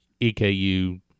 EKU